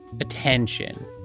attention